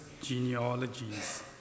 genealogies